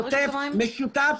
משותף,